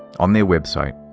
on their website.